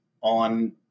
on